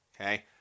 okay